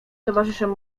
towarzyszem